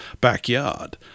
backyard